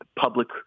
public